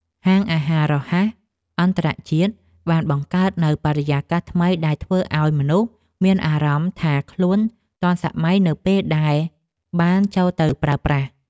ហាងអាហាររហ័សអន្តរជាតិបានបង្កើតនូវបរិយាកាសថ្មីដែលធ្វើឲ្យមនុស្សមានអារម្មណ៍ថាខ្លួនគេទាន់សម័យនៅពេលដែលបាន ចូលទៅប្រើប្រាស់។